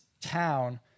town